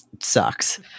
sucks